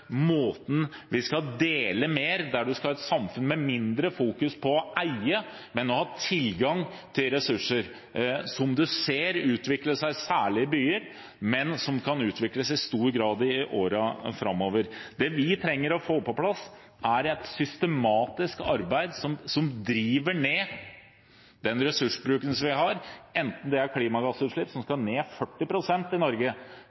måten vi skal dele mer på – vi skal ha et samfunn der man fokuserer mindre på å eie, men har tilgang til ressurser – dette er noe som man ser utvikle seg særlig i byer, men som kan utvikles i stor grad i årene framover. Det vi trenger å få på plass, er et systematisk arbeid som driver ned den ressursbruken vi har, enten det er klimagassutslipp, som